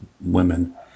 women